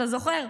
אתה זוכר?